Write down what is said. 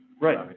Right